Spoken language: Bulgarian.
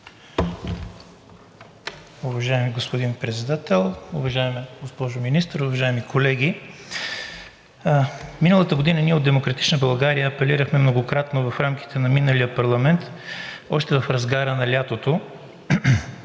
Уважаеми господин Председател, уважаема госпожо Министър, уважаеми колеги! Миналата година ние от „Демократична България“ апелирахме многократно в рамките на миналия парламент още в разгара на лятото